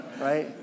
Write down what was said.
right